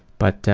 but,